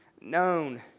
known